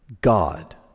God